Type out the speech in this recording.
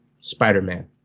Spider-Man